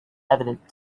evident